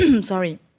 sorry